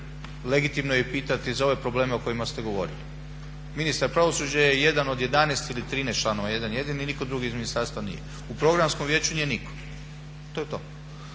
Legitimno je pitati za ove probleme o kojima ste govorili. Ministar pravosuđa je jedan od 11 ili 13 članova jedan jedini i nitko drugi iz ministarstva nije. U programskom vijeću nije nitko. To je to.